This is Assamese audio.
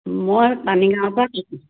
মই পানীগাঁৱৰ পৰা কৈছোঁ